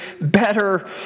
better